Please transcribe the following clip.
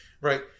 Right